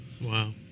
Wow